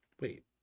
wait